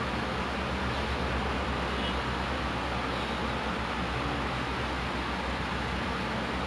it was quite cool like but I don't know how the dia orang d~ buat the fruit to the air gitu